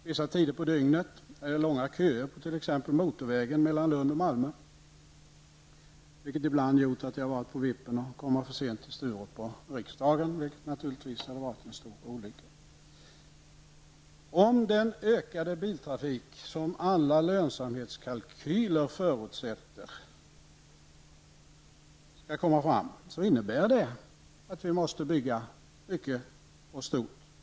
Vissa tider på dygnet är det långa köer på t.ex. motorvägen mellan Lund och Malmö, vilket ibland gjort att jag varit på vippen att komma för sent till Sturup och riksdagen. Det hade naturligtvis varit en stor olycka. Om den ökade biltrafik -- som alla lönsamhetskalkyler förutsätter -- skall komma fram, innebär detta att man måste bygga mycket och stort.